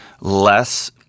less